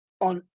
on